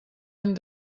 any